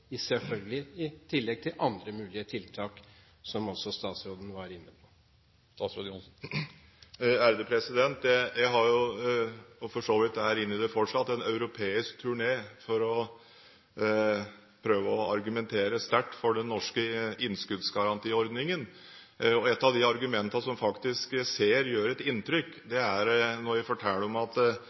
– selvfølgelig i tillegg til andre mulige tiltak, som også statsråden var inne på? Jeg har vært, og er for så vidt fortsatt, på en europeisk turné for å prøve å argumentere sterkt for den norske innskuddsgarantiordningen. Et av argumentene som jeg faktisk ser gjør et inntrykk når jeg forteller, er at